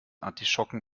artischocken